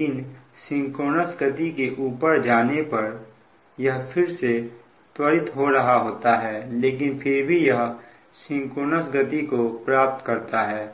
लेकिन सिंक्रोनस गति के ऊपर जाने पर यह फिर से त्वरित हो रहा होता है लेकिन फिर भी यह सिंक्रोनस गति को प्राप्त करता है